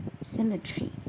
Symmetry